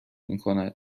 میکند